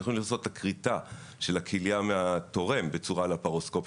יכולים לעשות את הכריתה של הכליה מהתורם בצורה לפרוסקופית,